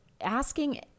asking